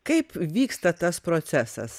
kaip vyksta tas procesas